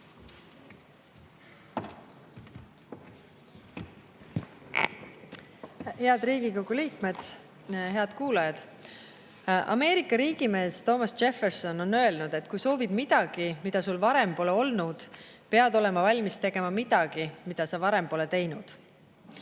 Head Riigikogu liikmed! Head kuulajad! Ameerika riigimees Thomas Jefferson on öelnud, et kui soovid midagi, mida sul varem pole olnud, pead olema valmis tegema midagi, mida sa varem pole teinud.